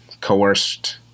coerced